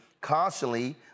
constantly